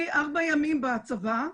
היא 4 ימים בצבא,